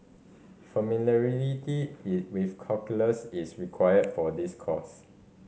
familiarity with calculus is required for this course